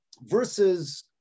versus